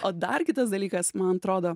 o dar kitas dalykas man atrodo